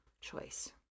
choice